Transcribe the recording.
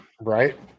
right